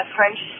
French